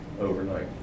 overnight